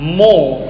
more